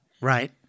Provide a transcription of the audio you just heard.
Right